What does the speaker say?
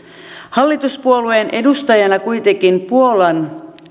hallituspuolueen edustajana kuitenkin puollan